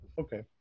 Okay